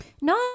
no